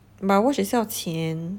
but wash 也是要钱